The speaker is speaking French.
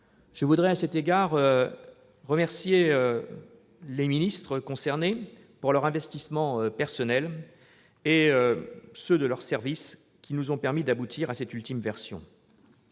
Je voudrais à cet égard remercier les ministres concernés de leur investissement personnel et de celui de leurs services, qui nous ont permis d'aboutir à cette ultime version.